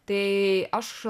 tai aš